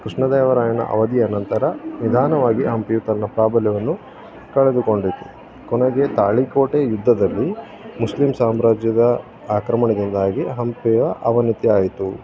ಕೃಷ್ಣ ದೇವರಾಯನ ಅವಧಿಯ ನಂತರ ನಿಧಾನವಾಗಿ ಹಂಪಿಯು ತನ್ನ ಪ್ರಾಬಲ್ಯವನ್ನು ಕಳೆದುಕೊಂಡಿತ್ತು ಕೊನೆಗೆ ತಾಳಿಕೋಟೆ ಯುದ್ಧದಲ್ಲಿ ಮುಸ್ಲಿಮ್ ಸಾಮ್ರಾಜ್ಯದ ಆಕ್ರಮಣದಿಂದಾಗಿ ಹಂಪಿಯ ಅವನತಿ ಆಯಿತು